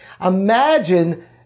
Imagine